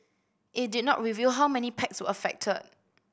it did not reveal how many packs were affected